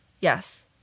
yes